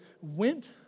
went